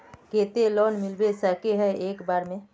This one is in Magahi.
केते लोन मिलबे सके है एक बार में?